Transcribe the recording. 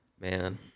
Man